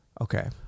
Okay